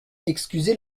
excusez